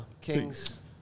Kings